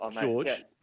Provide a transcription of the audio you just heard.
George